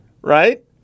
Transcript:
Right